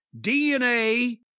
DNA